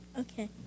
Okay